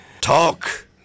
talk